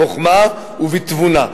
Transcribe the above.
בחוכמה ובתבונה.